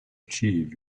achieve